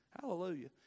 Hallelujah